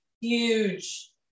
huge